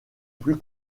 plus